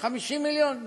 50 מיליון?